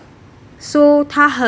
so 他很